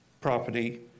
property